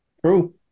True